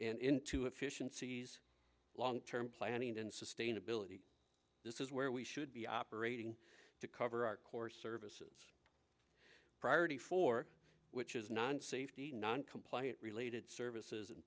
and into efficiencies long term planning and sustainability this is where we should be operating to cover our core services priority for which is non safety non compliant related services